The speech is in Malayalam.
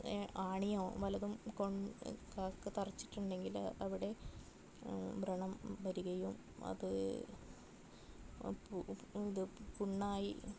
എ ആണിയോ വല്ലതും കൊണ്ടു ക തറച്ചിട്ടുണ്ടെങ്കിൽ അവിടെ വ്രണം വരുകയും അത് പു ഇത് പുണ്ണായി